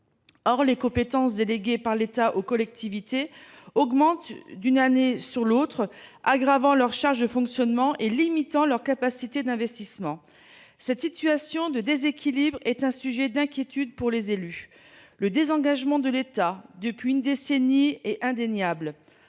Or les compétences déléguées par l’État aux collectivités territoriales augmentent d’une année sur l’autre, ce qui alourdit leurs charges de fonctionnement et limite leurs capacités d’investissement. Cette situation de déséquilibre est un sujet d’inquiétude pour les élus. Le désengagement de l’État depuis une décennie est indéniable.